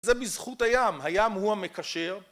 זה בזכות הים, הים הוא המקשר